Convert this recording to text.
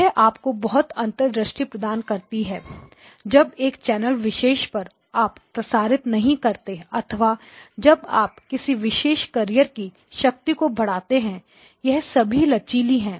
यह आपको बहुत अंतर्दृष्टि प्रदान करती है जब एक चैनल विशेष पर आप प्रसारित नहीं करते अथवा जब आप किसी विशेष कैरियर की शक्ति को बढ़ाते हैं यह सभी लचीली है